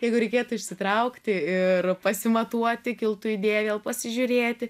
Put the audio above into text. jeigu reikėtų išsitraukti ir pasimatuoti kiltų idėja vėl pasižiūrėti